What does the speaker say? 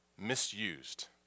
misused